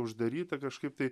uždaryta kažkaip tai